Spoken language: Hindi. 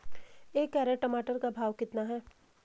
एक कैरेट टमाटर का भाव कितना है?